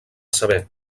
saber